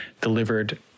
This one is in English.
delivered